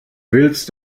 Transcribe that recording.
willst